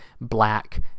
black